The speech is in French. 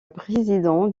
président